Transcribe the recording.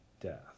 death